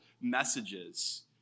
messages